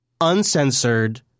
uncensored